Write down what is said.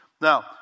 Now